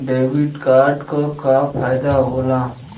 Debit card क का फायदा हो ला?